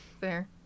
Fair